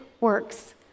works